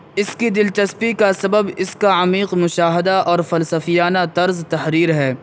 اس کی دلچسپی کا سبب اس کا عمیق مشاہدہ اور فلسفیانہ طرزِ تحریر ہے